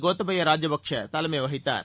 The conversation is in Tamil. கோத்தபாய ராஜபக்சே தலைமை வகித்தார்